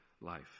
life